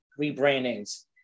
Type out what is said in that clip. rebrandings